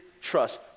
trust